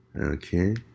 Okay